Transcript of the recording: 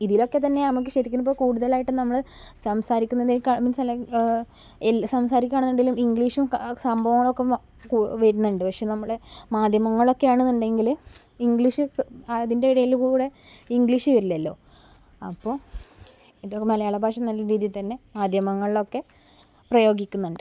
ഇതിലൊക്കെ തന്നെ നമ്മൾക്ക് ശരിക്കിനിപ്പൊ കൂടുതലായിട്ടും നമ്മൾ സംസാരിക്കുന്നതിനേക്കാൾ മീൻസ് അല്ലെ സംസാരിക്കുക ആണെന്നുണ്ടെങ്കിലും ഇംഗ്ലീഷും സംഭവങ്ങളുമൊക്കെ വരുന്നുണ്ട് പക്ഷെ നമ്മളെ മാധ്യമങ്ങളൊക്കെ ആണെന്നുണ്ടെങ്കിൽ ഇംഗ്ലീഷ് അതിൻ്റെ ഇടയിൽ കൂടെ ഇംഗ്ലീഷ് വരില്ലല്ലോ അപ്പോൾ ഇത് മലയാള ഭാഷ നല്ല രീതിയിൽ തന്നെ മാധ്യമങ്ങളിലൊക്കെ പ്രയോഗിക്കുന്നുണ്ട്